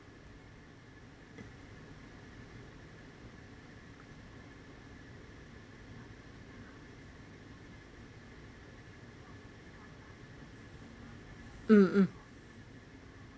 um mm